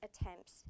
attempts